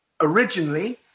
originally